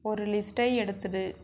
ஒரு லிஸ்ட்டை எடுத்துவிடு